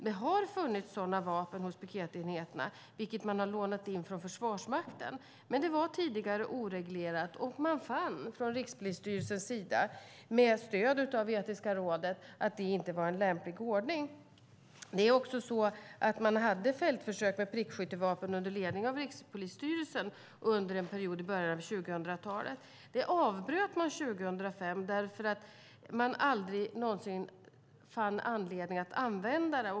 Det har hos piketenheterna funnits prickskyttevapen som man lånat in från Försvarsmakten. Men detta var tidigare oreglerat. Man fann från Rikspolisstyrelsens sida, med stöd av Etiska rådet, att det inte var en lämplig ordning. Under en period i början av 2000-talet hade man fältförsök med prickskyttevapen under ledning av Rikspolisstyrelsen. Detta avbröt man 2005 därför att man aldrig någonsin fann anledning att använda dem.